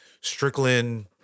Strickland